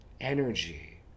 energy